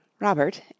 robert